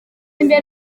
imbere